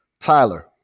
Tyler